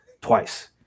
twice